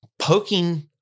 Poking